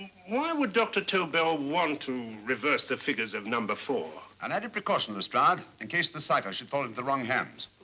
why would dr. tobel want to reverse the figures of number four? an added precaution, lestrade in case the cipher should fall into the wrong hands.